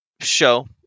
show